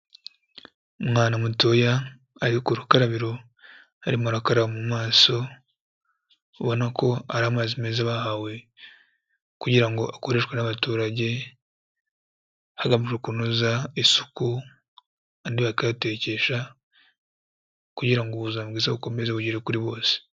Umwana mutoya ari ku rukarabiro arimo arakaraba mu maso, ubona ko ari amazi meza bahawe kugira ngo akoreshwe n'abaturage, hagamijwe kunoza isuku andi bakayatekesha, kugira ngo ubuzima bwiza bukomeze bugere kuri bose.